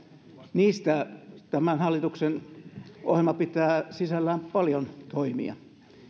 niistä tämän hallituksen ohjelma pitää sisällään paljon toimia